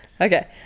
Okay